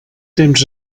temps